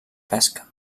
pesca